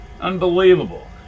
Unbelievable